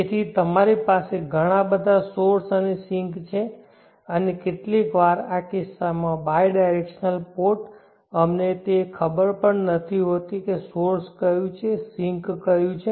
તેથી તમારી પાસે ઘણા બધા સોર્સ અને સિંક છે અને કેટલીકવાર આ કિસ્સામાં બાઈ ડિરેક્શનલ પોર્ટ અમને તે પણ ખબર નથી હોતી કે સોર્સ કયું છે સિંક કયું છે